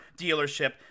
dealership